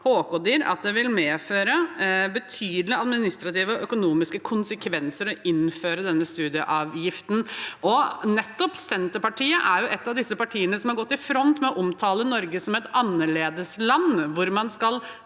at det vil medføre betydelige administrative og økonomiske konsekvenser å innføre denne studieavgiften. Senterpartiet er jo nettopp et av disse partiene som har gått i front med å omtale Norge som et annerledesland, hvor man selv